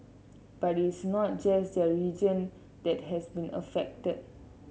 but it's not just the region that has been affected